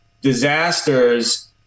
disasters